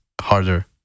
harder